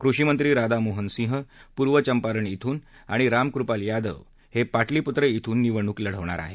कृषि मंत्री राधा मोहन सिंह पुर्व चंपारण इथून आणि राम कृपाल यादव हे पाटलीपुत्र इथून निवडणूक लढणार आहेत